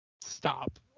stop